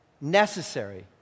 necessary